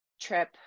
trip